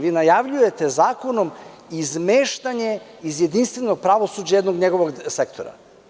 Vi najavljujute zakonom izmeštanje iz jedinstvenog pravosuđa jednog njegovog sektora.